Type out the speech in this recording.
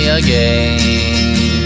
again